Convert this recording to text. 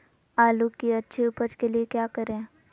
आलू की अच्छी उपज के लिए क्या करें?